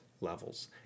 levels